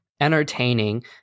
entertaining